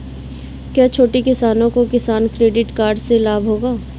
क्या छोटे किसानों को किसान क्रेडिट कार्ड से लाभ होगा?